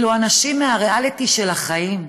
אלו הנשים מהריאליטי של החיים,